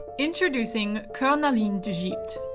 introducing cornaline d'egypte,